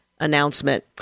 announcement